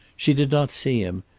she did not see him,